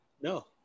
No